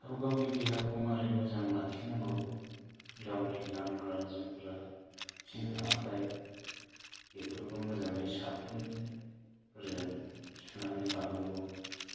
गावगावनि देहाखौ मारै मोजां लाखिनंगौ गावनि गानग्रा जोमग्रा आथिं आखाइ बेफोरखौ मोजाङै साफुनफोरजों सुनानै लानांगौ